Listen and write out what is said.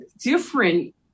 different